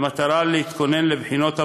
במטרה להתכונן לבחינת הבגרות,